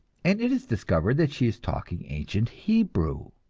and it is discovered that she is talking ancient hebrew.